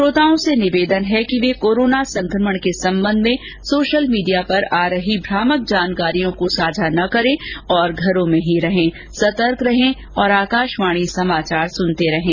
श्रोताओं से निवेदन है कि वे कोरोना संकमण के संबंध में सोशल मीडिया पर आ रही भ्रामक जानकारियों को साझा न करें और घरों में ही रहें सतर्क रहें और आकाशवाणी समाचार सुनते रहें